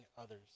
others